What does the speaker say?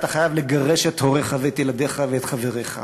אתה חייב לגרש את הוריך ואת ילדיך ואת חבריך,